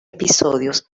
episodios